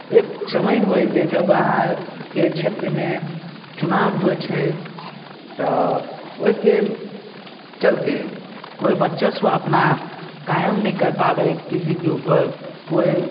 एक समय होइ जे जब अहाँके क्षेत्रमे चुनाव होइ छै तऽ ओहिके चलते कोइ बर्चस्व अपना कायम नहि कर पाबै हइ किसीके उपर कोइ